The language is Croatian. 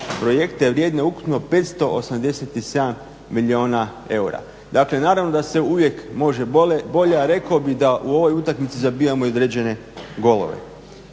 projekte vrijedne ukupno 587 milijuna eura. Dakle, naravno da se uvijek može bolje, a rekao bih da u ovoj utakmici zabijamo i određene golove.